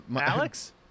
Alex